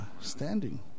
standing